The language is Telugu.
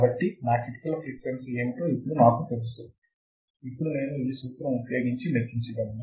కాబట్టి నా క్రిటికల్ ఫ్రీక్వెన్సీ ఏమిటో ఇప్పుడు నాకు తెలుసు ఇప్పుడు నేను ఈ సూత్రము ఉపయోగించి లెక్కించగలను